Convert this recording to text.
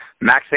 Max